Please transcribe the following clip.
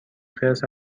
خرس